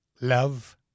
love